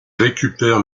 récupère